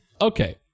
Okay